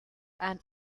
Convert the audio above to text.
and